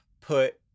put